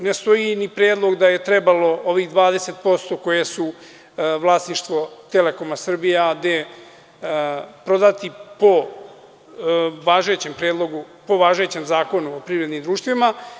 Ne stoji ni predlog da je trebalo ovih 20% koje su vlasništvo Telekom Srbije A.D. prodati po važećem Zakona o privrednim društvima.